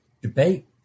debate